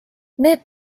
need